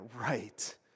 right